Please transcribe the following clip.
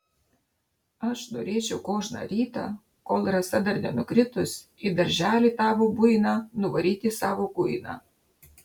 aš norėčiau kožną rytą kol rasa dar nenukritus į darželį tavo buiną nuvaryti savo kuiną